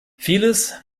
vieles